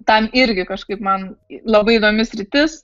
ten irgi kažkaip man labai įdomi sritis